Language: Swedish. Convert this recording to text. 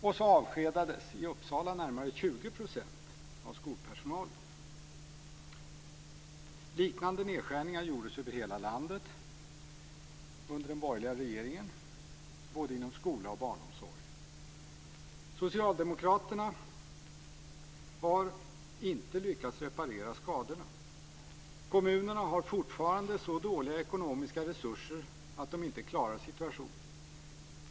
Och så avskedades i Uppsala närmare 20 % av skolpersonalen. Liknande nedskärningar gjordes över hela landet under den borgerliga regeringen, inom både skola och barnomsorg. Socialdemokraterna har inte lyckats reparera skadorna. Kommunerna har fortfarande så dåliga ekonomiska resurser att de inte klarar situationen.